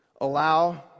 allow